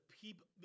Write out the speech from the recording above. people